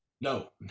No